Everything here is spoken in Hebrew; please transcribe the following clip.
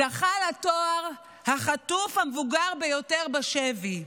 זכה לתואר החטוף המבוגר ביותר בשבי.